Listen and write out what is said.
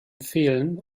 fehlen